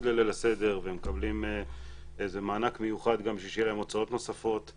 לליל הסדר והם מקבלים איזה מענק מיוחד בשביל שיהיה להם להוצאות נוספות.